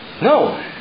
No